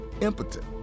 impotent